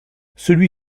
celui